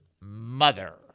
mother